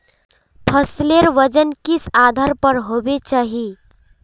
फसलेर वजन किस आधार पर होबे चही?